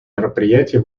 мероприятий